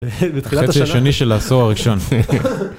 חצי השני של העשור הראשון.